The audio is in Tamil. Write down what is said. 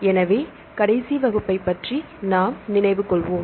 எனவே கடைசி வகுப்பைப் பற்றி நாம் நினைவு கொள்வோம்